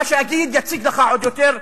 מה שעתיד, יציק לך עוד יותר.